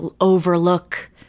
overlook